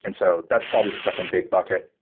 and so that's probably the second big bucket.